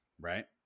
right